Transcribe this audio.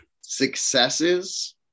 successes